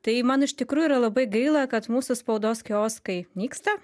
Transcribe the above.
tai man iš tikrųjų yra labai gaila kad mūsų spaudos kioskai nyksta